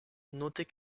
notez